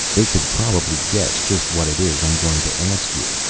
they could probably guess just what it is i am going to ask you.